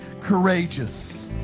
courageous